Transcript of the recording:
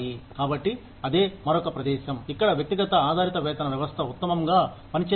కాబట్టి అదే మరొక ప్రదేశం ఇక్కడ వ్యక్తిగత ఆధారిత వేతన వ్యవస్థ ఉత్తమంగా పనిచేస్తుంది